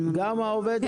גם העובדת.